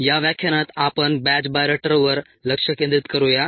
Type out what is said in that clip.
या व्याख्यानात आपण बॅच बायोरिएक्टरवर लक्ष केंद्रित करूया